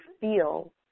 feel